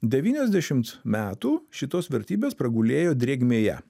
devyniasdešimt metų šitos vertybės pragulėjo drėgmėje